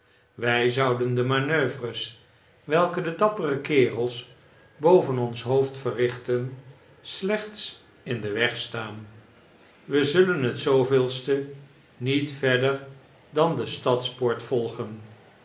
zouden de p p manoeuvres welke de dappere kerels boven ons hoofd verrichten slechts in den weg staan we g staan wij zullen het de niet verder dan de stadspoort volgen